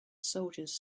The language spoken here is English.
soldiers